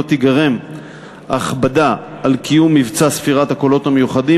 לא תיגרם הכבדה על קיום מבצע ספירת הקולות המיוחדים